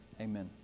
amen